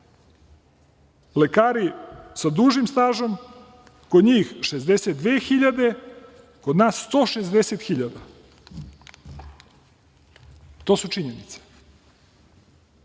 Lekari sa dužim stažom kod njih 62.000, kod nas 160.000 dinara. To su činjenice.